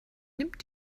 nimmt